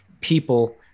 people